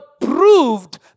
proved